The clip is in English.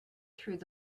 through